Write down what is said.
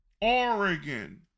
Oregon